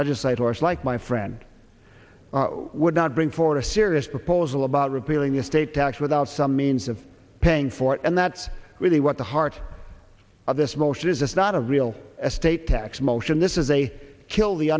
legislators like my friend would not bring forward a serious proposal about repealing the estate tax without some means of paying for it and that's really what the heart of this motion is it's not a real estate tax motion this is a kill the